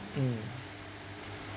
mm